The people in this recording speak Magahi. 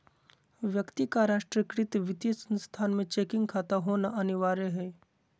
व्यक्ति का राष्ट्रीयकृत वित्तीय संस्थान में चेकिंग खाता होना अनिवार्य हइ